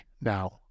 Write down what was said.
now